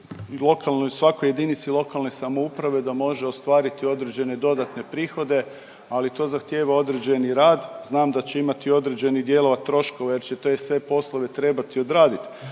svakoj jedinici lokalne samouprave da može ostvariti određene dodatne prihode, ali to zahtijeva određeni rad. Znam da će imati određenih dijelova troškova jer će te sve poslove trebati odraditi,